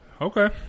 Okay